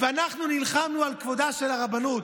אנחנו נלחמנו על כבודה של הרבנות.